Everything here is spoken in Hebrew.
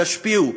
תשפיעו,